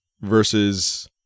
versus